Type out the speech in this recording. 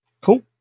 Cool